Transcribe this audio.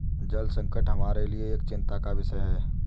जल संकट हमारे लिए एक चिंता का विषय है